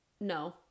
no